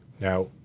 Now